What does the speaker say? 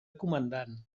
comandant